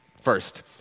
First